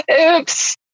oops